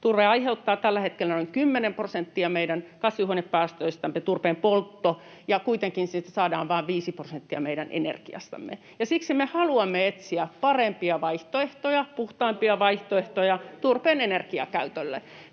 poltto aiheuttaa tällä hetkellä noin 10 prosenttia meidän kasvihuonepäästöistämme, ja kuitenkin siitä saadaan vain 5 prosenttia meidän energiastamme, ja siksi me haluamme etsiä parempia vaihtoehtoja, puhtaampia vaihtoehtoja turpeen energiakäytölle.